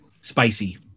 spicy